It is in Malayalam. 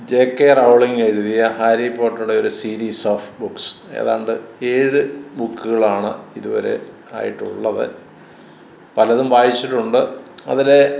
ജെ കെ റൗളിങ് എഴുതിയ ഹാരി പോട്ടറുടെ ഒരു സീരീസ് ഓഫ് ബുക്ക്സ് ഏതാണ്ട് ഏഴ് ബുക്കുകളാണ് ഇതുവരെ ആയിട്ടുള്ളത് പലതും വായിച്ചിട്ടുണ്ട് അതിലെ